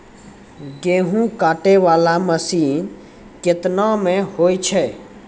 गेहूँ काटै वाला मसीन केतना मे होय छै?